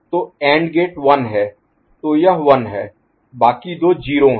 तो यह and gate 1 है तो यह 1 है बाकी दो 0 हैं